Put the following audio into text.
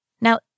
Now